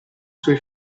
suoi